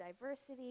diversity